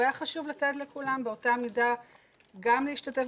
והיה חשוב לתת לכולם באותה מידה גם להשתתף